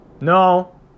No